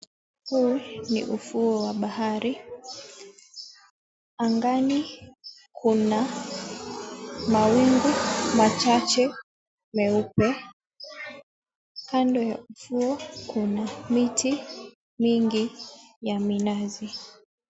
Huu ni ufuo wa bahari. Angani kuna mawingu machache meupe, kando ya ufuo kuna miti mingi ya minazi.